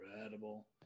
incredible